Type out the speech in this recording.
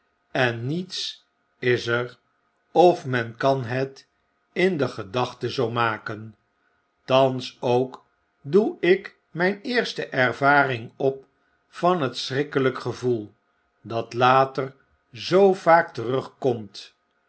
en mets is er of men kan het in de gedachte zoo maken thans ook doe ik mp eerste ervaring op van het schrikkelp gevoel dat later zoo vaak terugkomt